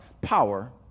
power